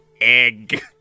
egg